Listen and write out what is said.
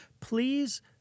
please